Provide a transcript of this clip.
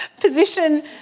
Position